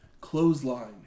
Clothesline